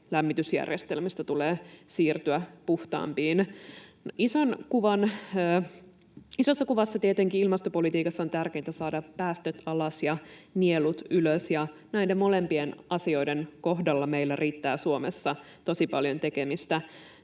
lämmitysjärjestelmistä tulee siirtyä puhtaampiin. Isossa kuvassa tietenkin ilmastopolitiikassa on tärkeintä saada päästöt alas ja nielut ylös, ja näiden molempien asioiden kohdalla meillä riittää Suomessa tosi paljon tekemistä.